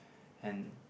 and